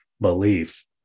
belief